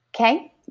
Okay